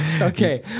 okay